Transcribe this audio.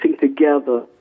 together